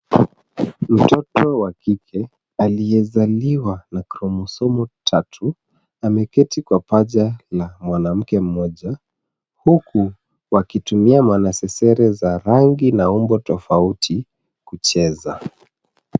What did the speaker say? Mtoto wa kike aliyezaliwa na kromosomu tatu ameketi kwa paja la mwanamke mmoja huku wakitumia mwanasesere za rangi na umbo tofauti kucheza.